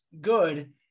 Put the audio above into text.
good